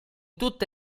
tutte